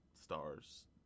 Stars